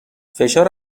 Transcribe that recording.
فشار